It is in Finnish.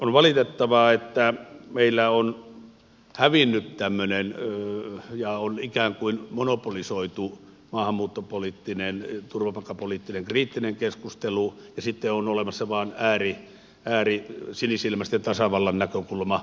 on valitettavaa että meillä on hävinnyt tämän näin ollen jaon ikään kuin monopolisoitu maahanmuuttopoliittinen turvapaikkapoliittinen kriittinen keskustelu ja sitten on olemassa vain äärisinisilmäisten tasavallan näkökulma